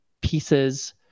pieces